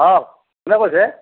অ কোনে কৈছে